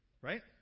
right